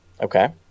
Okay